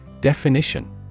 Definition